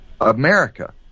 America